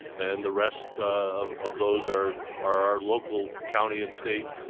and the rest of of those are our local county and state